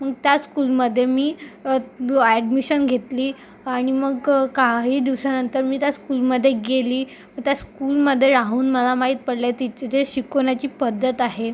मग त्या स्कूलमध्ये मी अॅडमिशन घेतली आणि मग काही दिवसानंतर मी त्या स्कूलमध्ये गेली त्या स्कूलमध्ये राहून मला माहीत पडले तिचं जे शिकवण्याची पद्धत आहे